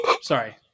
Sorry